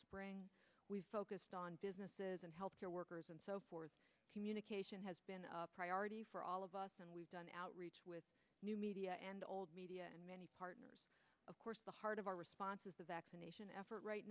spring we focused on businesses and health care workers and so forth communication has been a priority for all of us and we've done outreach with new media and old media and many partners of course the heart of our responses the vaccination effort right